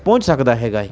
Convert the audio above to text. ਪਹੁੰਚ ਸਕਦਾ ਹੈਗਾ ਹੈ